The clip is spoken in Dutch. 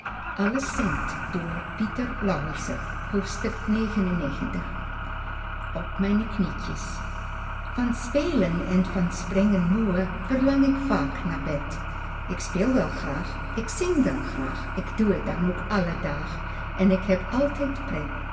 mijne knietjes van t spelen en van t springen moê verlang ik vaak naar bed ik speel wel graag ik zing wel graag ik doe het dan ook alle daag en ik heb altijd